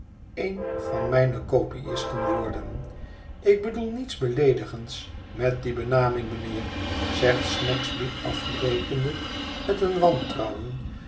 een van mijne kopiisten worden ik bedoel niets beleedigends met die benaming mijnheer zegt snagsby afbrekende met een wantrouwen